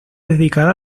dedicada